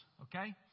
okay